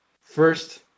first